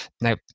Now